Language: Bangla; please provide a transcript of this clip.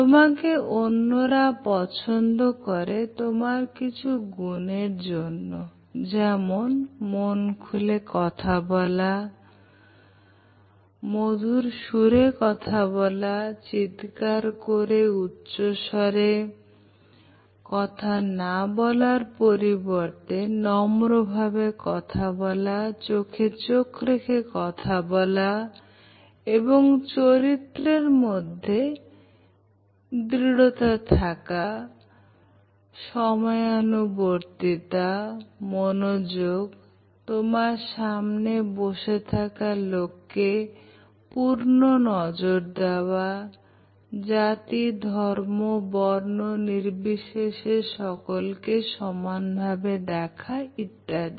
তোমাকে অন্যরা পছন্দ করে তোমার কিছু গুণের জন্য যেমন মন খুলে কথা বলা কর মধুর সুরে কথা বলা চিৎকার করে উচ্চস্বরে কথা বলা পরিবর্তে নম্রভাবে কথা বলা চোখে চোখ রেখে কথা বলা এবং চরিত্রের মধ্যে দৃঢ়তা থাকা সময়ানুবর্তিতামনোযোগ তোমার সামনে বসে থাকা লোককে পূর্ণ নজর দেওয়া জাতি ধর্ম এবং বর্ণ নির্বিশেষে সকলকে সমানভাবে দেখা ইত্যাদি